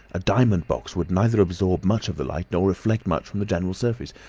a diamond box would neither absorb much of the light nor reflect much from the general surface,